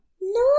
No